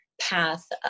path